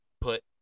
put